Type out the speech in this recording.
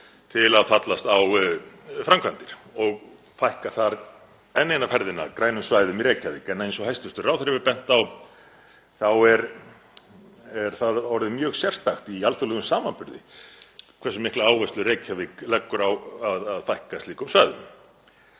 til að fallast á framkvæmdir og fækka þar enn eina ferðina grænum svæðum í Reykjavík. En eins og hæstv. ráðherra hefur bent á er það orðið mjög sérstakt í alþjóðlegum samanburði hversu mikla áherslu Reykjavík leggur á að fækka slíkum svæðum.